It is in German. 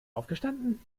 aufgestanden